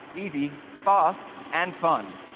easy, fast, and fun.